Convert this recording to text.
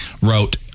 wrote